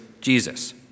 Jesus